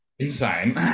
insane